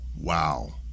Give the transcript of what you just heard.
Wow